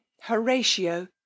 horatio